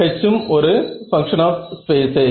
H ம் ஒரு function of ஸ்பேஸே